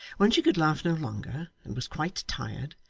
when she could laugh no longer, and was quite tired,